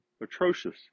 atrocious